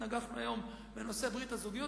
התנגחנו היום בנושא ברית הזוגיות.